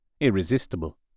irresistible